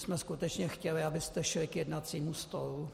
My jsme skutečně chtěli, abyste šli k jednacímu stolu.